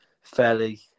fairly